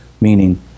meaning